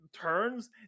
turns